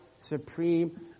supreme